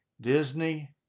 Disney